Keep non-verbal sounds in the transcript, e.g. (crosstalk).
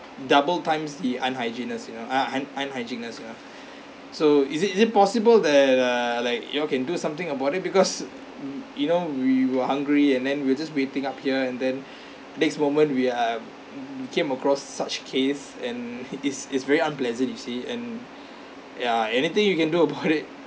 double times the you know uh un~ you know so is it is it possible that err like y'all can do something about it because you know we were hungry and then we're just waiting up here and then next moment we um came across such case and (laughs) is is very unpleasant you see and ya anything you can do about it